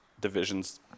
Divisions